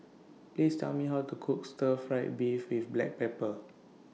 Please Tell Me How to Cook Stir Fried Beef with Black Pepper